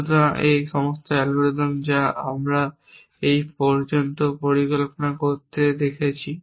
সুতরাং এই সমস্ত অ্যালগরিদম যা আমরা এখন পর্যন্ত পরিকল্পনা করতে দেখেছি